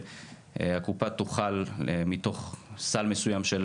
כלומר שהקופה תוכל לבחור מתוך סל מסוים של